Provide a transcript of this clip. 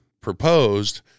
proposed